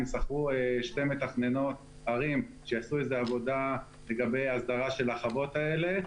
הם שכרו שתי מתכננות ערים שיעשו עבודה לגבי ההסדרה של החוות האלה.